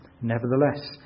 Nevertheless